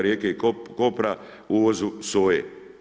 Rijeke i Kopra uvozu soje.